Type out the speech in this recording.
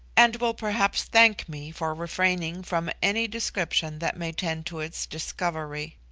and will perhaps thank me for refraining from any description that may tend to its discovery.